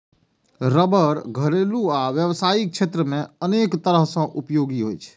रबड़ घरेलू आ व्यावसायिक क्षेत्र मे अनेक तरह सं उपयोगी होइ छै